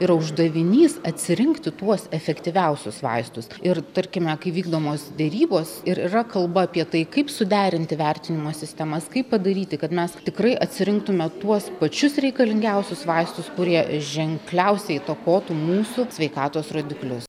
yra uždavinys atsirinkti tuos efektyviausius vaistus ir tarkime kai vykdomos derybos ir yra kalba apie tai kaip suderinti vertinimo sistemas kaip padaryti kad mes tikrai atsirinktume tuos pačius reikalingiausius vaistus kurie ženkliausiai įtakotų mūsų sveikatos rodiklius